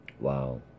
Wow